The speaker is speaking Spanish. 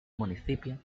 municipio